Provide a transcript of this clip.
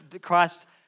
Christ